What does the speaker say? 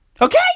Okay